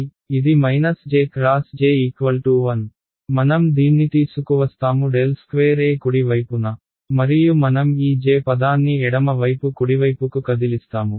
కాబట్టి ఇది j x j 1 మనం దీన్నితీసుకువస్తాము ∇ 2E కుడి వైపునమరియు మనం ఈ J పదాన్ని ఎడమ వైపు కుడివైపుకు కదిలిస్తాము